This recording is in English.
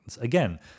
Again